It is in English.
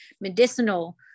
medicinal